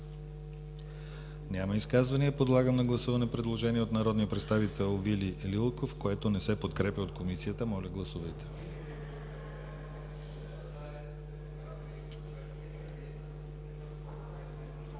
Няма. Подлагам на гласуване предложението от народния представител Вили Лилков, което не се подкрепя от Комисията. Гласували